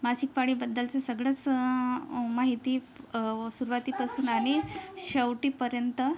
मासिक पाळीबद्दलचं सगळंच माहिती सुरवातीपासून आणि शेवटपर्यंत